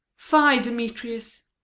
fie, demetrius!